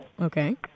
Okay